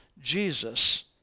Jesus